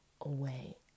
away